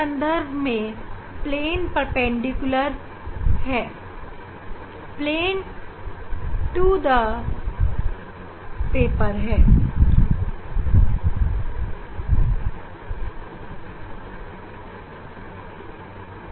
इस संदर्भ में इलेक्ट्रिक फ़ील्ड वेक्टर पेपर के प्लेन के परपेंडिकुलर है